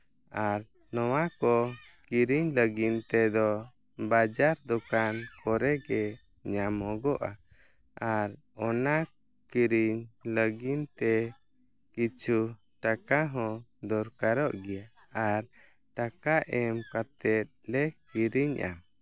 ᱟᱨ ᱱᱚᱣᱟ ᱠᱚ ᱠᱤᱨᱤᱧ ᱞᱟᱹᱜᱤᱫ ᱛᱮᱫᱚ ᱵᱟᱡᱟᱨ ᱫᱚᱠᱟᱱ ᱠᱚᱨᱮ ᱜᱮ ᱧᱟᱢᱚᱜᱚᱜᱼᱟ ᱟᱨ ᱚᱱᱟ ᱠᱤᱨᱤᱧ ᱞᱟᱹᱜᱤᱫ ᱛᱮ ᱠᱤᱪᱷᱩ ᱴᱟᱠᱟ ᱦᱚᱸ ᱫᱚᱨᱠᱟᱨᱚᱜ ᱜᱮᱭᱟ ᱴᱟᱠᱟ ᱮᱢ ᱠᱟᱛᱮᱫ ᱞᱮ ᱠᱤᱨᱤᱧᱟ